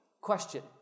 question